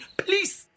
please